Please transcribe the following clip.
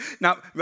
Now